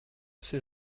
sait